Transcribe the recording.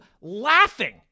laughing